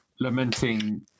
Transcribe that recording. lamenting